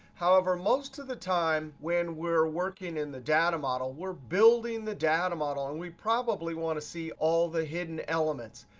however, most of the time when we're working in the data model, we're building the data model, and we probably want to see all the hidden elements.